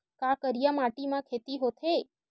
का करिया माटी म खेती होथे?